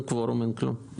תראה את זה בדרך כלל